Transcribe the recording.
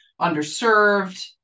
underserved